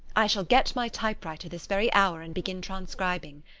i shall get my typewriter this very hour and begin transcribing.